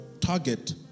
target